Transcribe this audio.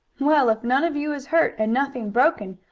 well, if none of you is hurt, and nothing broken,